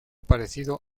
parecido